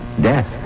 death